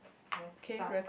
then start